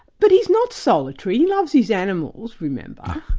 but he's not solitary, he loves his animals remember,